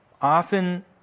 often